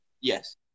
Yes